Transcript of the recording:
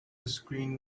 screen